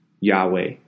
Yahweh